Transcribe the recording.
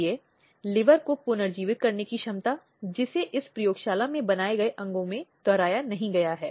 अब यह सुनिश्चित करना है कि उसका अपना एक सुरक्षित आश्रय है